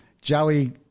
Joey